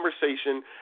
conversation